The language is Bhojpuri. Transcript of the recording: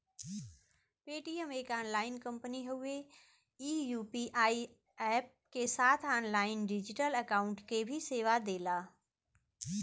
पेटीएम एक ऑनलाइन कंपनी हउवे ई यू.पी.आई अप्प क साथ ऑनलाइन डिजिटल अकाउंट क भी सेवा देला